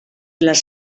les